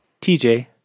TJ